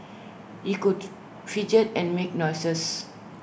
he could fidget and make noises